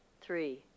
three